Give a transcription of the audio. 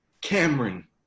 Cameron